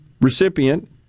recipient